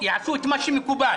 יעשו את מה שמקובל